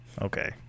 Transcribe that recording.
Okay